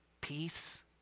peace